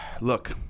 look